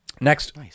Next